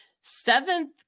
seventh